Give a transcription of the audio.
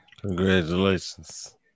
Congratulations